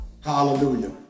Hallelujah